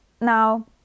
now